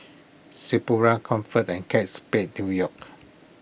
Sephora Comfort and Kate Spade New York